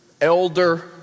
elder